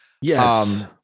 Yes